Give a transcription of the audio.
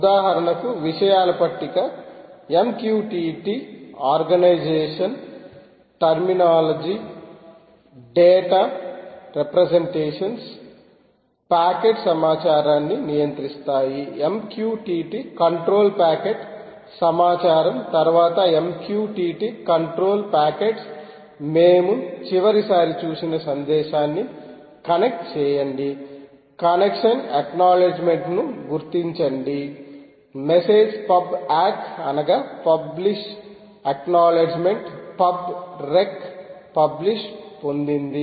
ఉదాహరణకు విషయాల పట్టిక MQTT organization terminology data representation packet సమాచారాన్ని నియంత్రిస్తాయి MQTT కంట్రోల్ ప్యాకెట్ సమాచారం తరువాత MQTT కంట్రోల్ ప్యాకెట్లు మేము చివరిసారి చూసిన సందేశాన్ని కనెక్ట్ చేయండి కనెక్షన్ అక్నౌలెడ్జిమెంట్ ను గుర్తించండి మెసేజ్ పబ్ ఆక్క్ అనగా పబ్లిష్అక్నౌలెడ్జిమెంట్ పబ్ రెక్ పబ్లిష్ పొందింది